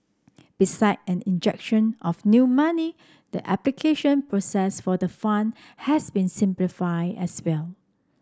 beside an injection of new money the application process for the fund has been simplified as well